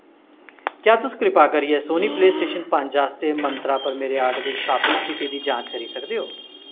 क्या तुस कृपा करियै सोनी प्लेस्टेशन पंज आस्तै मंत्रा पर मेरे आर्डर दी शापिंग स्थिति दी जांच करी सकदे ओ